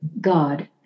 God